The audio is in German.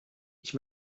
ich